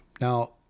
Now